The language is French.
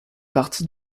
partie